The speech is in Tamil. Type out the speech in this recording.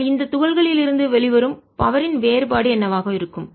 ஆனால் இந்த துகள்களிலிருந்து வெளிவரும் பவர் ன் சக்தியின் வேறுபாடு என்னவாக இருக்கும்